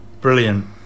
Brilliant